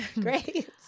Great